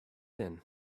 then